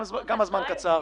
הזמן קצר.